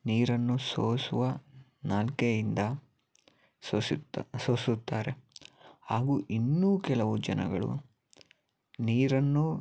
ನೀರನ್ನು ಸೋಸುವ ನಳಿಕೆಯಿಂದ ಸೋಸುತ್ತ ಸೋಸುತ್ತಾರೆ ಹಾಗೂ ಇನ್ನೂ ಕೆಲವು ಜನಗಳು ನೀರನ್ನು